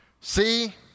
see